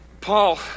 Paul